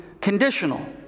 conditional